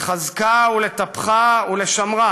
לחזקה ולטפחה ולשמרה